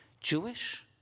Jewish